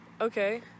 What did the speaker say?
Okay